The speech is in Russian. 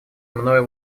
мною